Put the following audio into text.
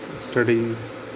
studies